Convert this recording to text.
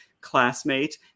classmate